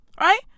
Right